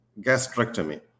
gastrectomy